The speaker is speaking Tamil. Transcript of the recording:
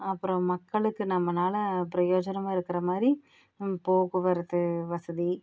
அப்புறம் மக்களுக்கு நம்மனால் பிரயோஜனமாக இருக்கிறமாதிரி போக்குவரத்து வசதி